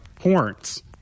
horns